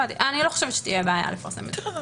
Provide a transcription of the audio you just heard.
אני לא חושבת שתהיה בעיה לפרסם את זה.